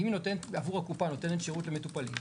אם היא נותנת עבור הקופה שירות למטופלים,